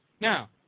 Now